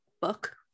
book